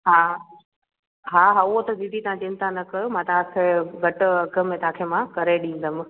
हा हा हा उहो त दीदी चिंता न कयो मां तव्हांखे घटि अघु में तव्हांखे मां करे ॾिंदमि